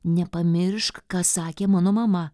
nepamiršk ką sakė mano mama